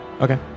Okay